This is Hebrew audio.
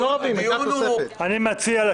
צבי האוזר (יו"ר ועדת החוץ והביטחון): לא רבים,